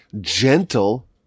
gentle